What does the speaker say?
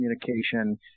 communication